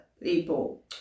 people